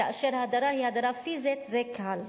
כאשר ההדרה היא הדרה פיזית, זה קל.